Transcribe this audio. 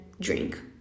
drink